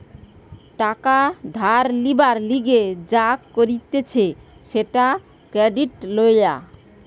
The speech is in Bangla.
টাকা ধার লিবার লিগে যা করতিছে সেটা ক্রেডিট লওয়া